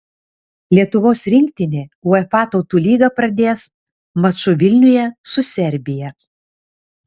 lietuvos rinktinė uefa tautų lygą pradės maču vilniuje su serbija